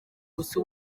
gusa